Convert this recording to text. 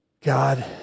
God